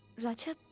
raja?